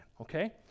okay